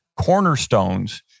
cornerstones